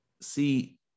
see